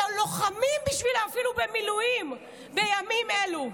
שלוחמים בשבילה אפילו במילואים בימים אלו.